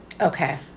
Okay